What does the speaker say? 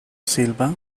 silva